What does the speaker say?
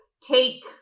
take